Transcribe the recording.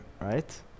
right